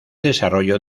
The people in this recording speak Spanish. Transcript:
desarrollo